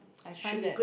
I find that